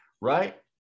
right